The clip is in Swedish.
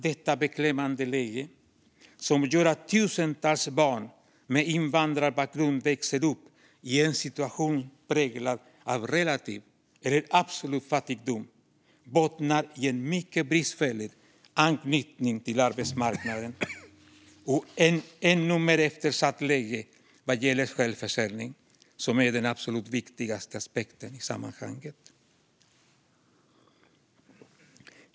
Detta beklämmande läge, som gör att tusentals barn med invandrarbakgrund växer upp i en situation präglad av relativ eller absolut fattigdom, bottnar i en mycket bristfällig anknytning till arbetsmarknaden och ett ännu mer eftersatt läge vad gäller självförsörjningen, som är den absolut viktigaste aspekten i sammanhanget.